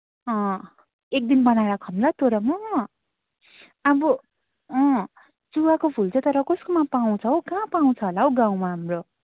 अँ एकदिन बनाएर खाउँ ल तँ र म अब अँ चुवाको फुल चाहिँ तर कसकोमा पाउँछ हो कहाँ पाउँछ होला हो गाउँमा हाम्रो